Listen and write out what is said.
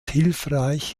hilfreich